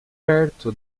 perto